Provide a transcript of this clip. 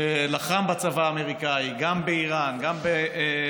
שלחם בצבא האמריקני גם בעיראק,